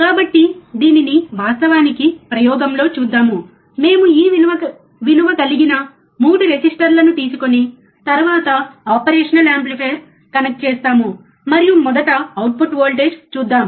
కాబట్టి దీనిని వాస్తవానికి ప్రయోగంలో చూద్దాం మేము ఈ విలువ కలిగిన 3 రెసిస్టర్లను తీసుకొని తరువాత ఆపరేషనల్ యాంప్లిఫైయర్ కనెక్ట్ చేస్తాము మరియు మొదట అవుట్పుట్ వోల్టేజ్ చూద్దాం